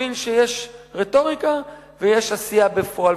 הבין שיש רטוריקה ויש עשייה בפועל.